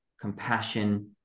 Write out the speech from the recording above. compassion